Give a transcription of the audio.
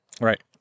Right